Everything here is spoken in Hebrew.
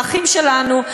האחים שלנו,